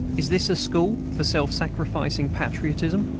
is this a school for self-sacrificing patriotism?